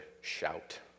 shout